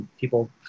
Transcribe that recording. People